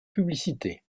publicité